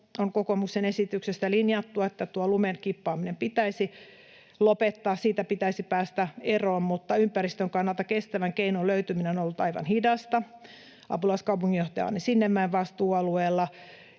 on kokoomuksen esityksestä linjattu, että lumen kippaaminen pitäisi lopettaa, siitä pitäisi päästä eroon, mutta ympäristön kannalta kestävän keinon löytyminen on ollut aika hidasta apulaiskaupunginjohtaja Anni Sinnemäen vastuualueella,